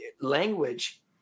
language